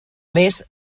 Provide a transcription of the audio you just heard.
més